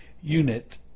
unit